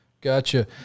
Gotcha